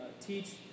teach